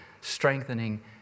strengthening